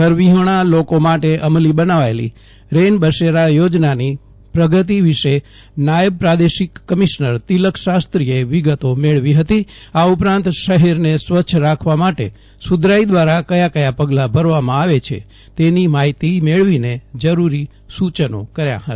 ઘર વિહોણા લોકો માટે અમલી બનાવાયેલી રૈન બસેરા યોજનાની પ્રગતિ વિશે નાયબ પ્રાદેશિક કમિશ્નર તિલક શાસ્ત્રીએ વિગતો મેળવી હતી આ ઉપરાંત શહેરને સ્વચ્છ રાખવા માટે સુધરાઇ દ્વારા કયા પગલાં ભરવામાં આવે છે તેની માહિસ્તી મેળવીને જરૂરી સુચનો કર્યાં હતા